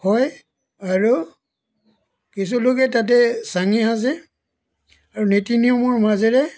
হয় আৰু কিছুলোকে তাতে চাঙি সাজে আৰু নীতি নিয়মৰ মাজেৰে